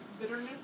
bitterness